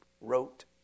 wrote